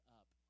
up